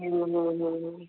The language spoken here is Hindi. हाँ हाँ हाँ हाँ